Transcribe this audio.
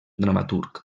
dramaturg